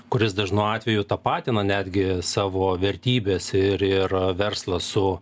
kuris dažnu atveju tapatina netgi savo vertybes ir ir verslą su